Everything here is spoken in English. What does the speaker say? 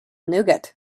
nougat